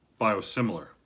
biosimilar